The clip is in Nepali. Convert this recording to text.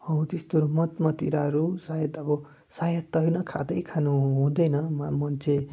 हो त्यस्तोहरू मद मदिराहरू सायद अब सायद त होइन खाँदै खानु हुँदैन मान्छे